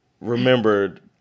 remembered